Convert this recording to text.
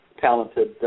talented